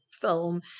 film